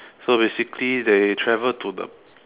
so basically they travel to the